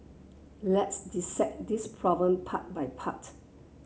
let's dissect this problem part by part